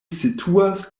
situas